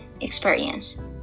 experience